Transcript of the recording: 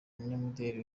umunyamideri